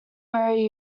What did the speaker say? bury